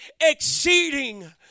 exceeding